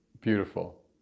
Beautiful